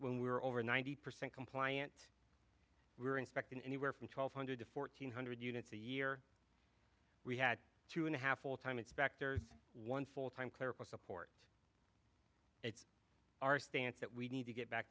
when we were over ninety percent compliant were inspected anywhere from twelve hundred to four hundred units a year we had two and a half full time inspectors one full time clerical support our stance that we need to get back